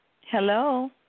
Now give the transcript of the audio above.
Hello